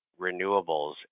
renewables